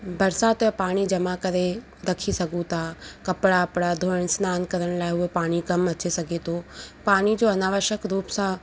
बरसाति जो पाणी जमा करे रखी सघूं था कपिड़ा वपिड़ा धोइण सनानु करण लाइ उहो पाणी कमु अची सघे थो पाणीअ जो अनावश्यक रूप सां